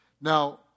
Now